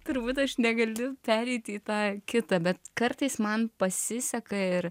turbūt aš negaliu pereiti į tą kitą bet kartais man pasiseka ir